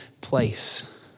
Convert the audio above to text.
place